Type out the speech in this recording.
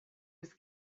was